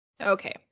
Okay